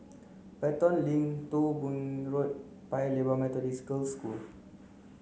Pelton Link Thong Bee Road Paya Lebar Methodist Girls' School